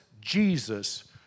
Jesus